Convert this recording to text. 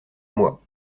moi